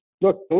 look